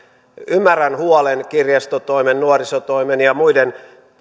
ymmärrän huolen kirjastotoimen nuorisotoimen ja muiden